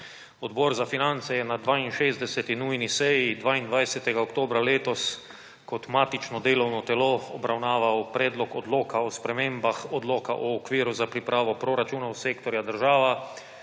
Odbor za finance je na 62. nujni seji 22. oktobra letos kot matično delovno telo obravnaval Predlog odloka o spremembah Odloka o okviru za pripravo proračunov sektorja država